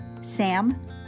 Sam